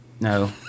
No